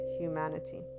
humanity